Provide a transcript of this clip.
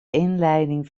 inleiding